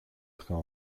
train